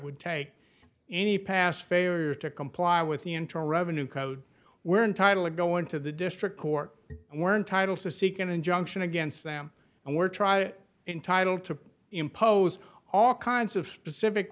would take any past failure to comply with the internal revenue code we're entitled to go into the district court and we're entitled to seek an injunction against them and we're trying to entitle to impose all kinds of specific